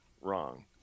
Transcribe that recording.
wrong